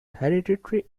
hereditary